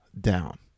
down